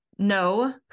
No